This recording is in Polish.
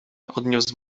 odniósł